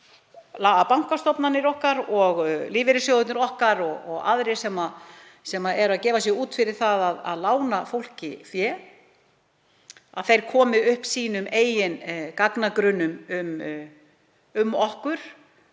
að bankastofnanir okkar og lífeyrissjóðirnir okkar og aðrir sem gefa sig út fyrir að lána fólki fé komi upp sínum eigin gagnagrunni um okkur